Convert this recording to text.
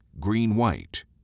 green-white